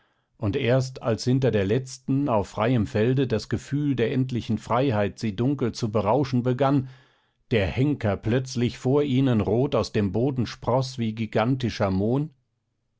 und erst als hinter der letzten auf freiem felde das gefühl der endlichen freiheit sie dunkel zu berauschen begann der henker plötzlich vor ihnen rot aus dem boden sproß wie gigantischer mohn